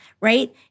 right